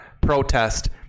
protest